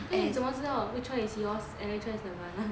then 你怎么知道 which one is yours and which one is nirvana's